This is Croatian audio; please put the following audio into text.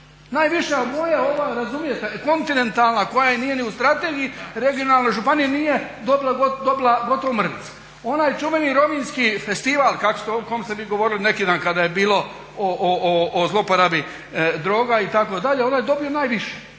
najviše, a moja ova razumijete kontinentalna koja nije ni u strategiji regionalno županije nije dobila gotovo mrvice. Onaj čuveni rovinjski festival o kom ste vi govorili neki dan kada je bilo o zloporabi droga itd., on je dobio najviše.